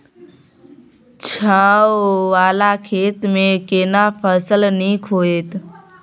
छै ॉंव वाला खेत में केना फसल नीक होयत?